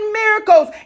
miracles